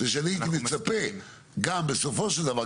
ושאני הייתי מצפה גם בסופו של דבר,